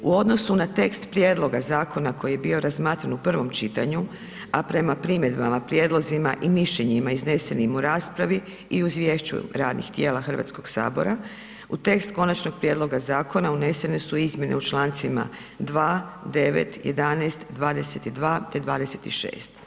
U odnosu na tekst prijedloga zakona koji je bio razmatran u prvom čitanju, a prema primjedbama, prijedlozima i mišljenjima iznesenim u raspravi i u izvješću radnih tijela Hrvatskog sabora u tekst konačnog prijedloga zakona unesene su izmjene u Člancima 2., 9., 11., 22. te 26.